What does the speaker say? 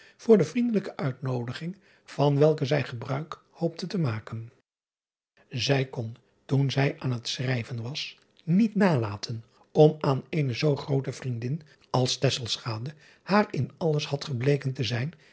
illegonda uisman ging van welke zij gebruik hoopte te maken ij kon toen zij aan het schrijven was niet nalaten om aan eene zoo groote vriendin als haar in alles had gebleken te zijn